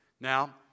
Now